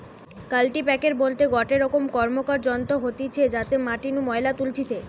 কাল্টিপ্যাকের বলতে গটে রকম র্কমকার যন্ত্র হতিছে যাতে মাটি নু ময়লা তুলতিছে